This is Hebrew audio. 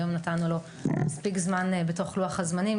היום נתנו לו מספיק זמן בתוך לוח הזמנים,